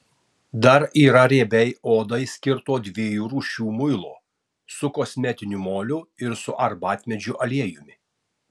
dar yra riebiai odai skirto dviejų rūšių muilo su kosmetiniu moliu ir su arbatmedžių aliejumi